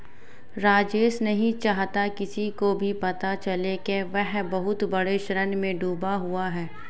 राजेश नहीं चाहता किसी को भी पता चले कि वह बहुत बड़े ऋण में डूबा हुआ है